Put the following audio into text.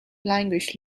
language